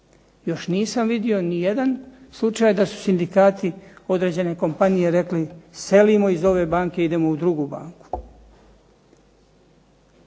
Još nisam vidio nijedan slučaj da su sindikati određene kompanije rekli selimo iz ove banke i idemo u drugu banku.